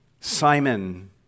Simon